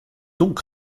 donc